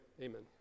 Amen